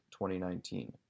2019